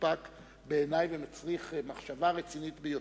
מפוקפק בעיני ומצריך מחשבה רצינית ביותר.